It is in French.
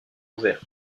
ouvert